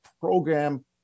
program